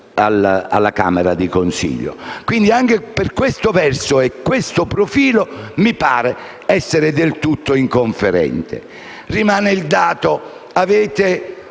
alla camera di consiglio. Quindi, anche per detto verso, questo profilo mi pare essere del tutto inconferente. Rimane il dato: